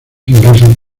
inglesas